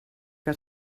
que